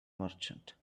merchant